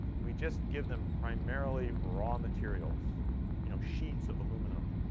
we just give them primarily raw materials you know sheets of aluminum,